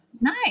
Nice